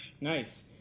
nice